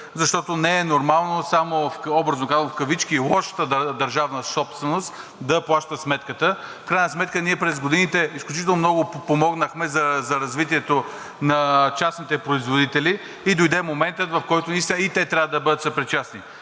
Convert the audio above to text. защото не е нормално само – образно казано, в кавички – лошата държавна собственост да плаща сметката. В крайна сметка ние през годините изключително много подпомогнахме развитието на частните производители и дойде моментът, в който наистина и те трябва да бъдат съпричастни.